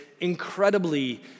incredibly